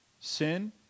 Sin